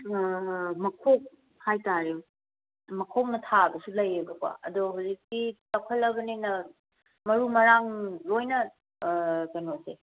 ꯃꯈꯣꯛ ꯍꯥꯏꯇꯥꯔꯦ ꯃꯈꯣꯡꯅ ꯊꯥꯕꯁꯨ ꯂꯩꯌꯦꯕꯀꯣ ꯑꯗꯣ ꯍꯧꯖꯤꯛꯇꯤ ꯆꯥꯎꯈꯠꯂꯕꯅꯤꯅ ꯃꯔꯨ ꯃꯔꯥꯡ ꯂꯣꯏꯅ ꯀꯩꯅꯣꯁꯦ